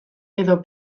edo